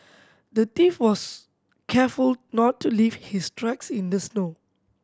the thief was careful not to leave his tracks in the snow